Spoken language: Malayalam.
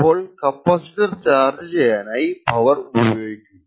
അപ്പോൾ കപ്പാസിറ്റർ ചാർജ് ചെയ്യാനായി പവർ ഉപയോഗിക്കും